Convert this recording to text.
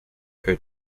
her